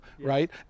right